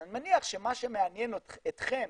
אני מניח שמה שמעניין אתכם